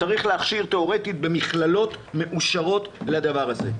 צריך להכשיר תיאורטית במכללות מאושרות לדבר הזה.